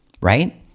right